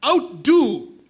Outdo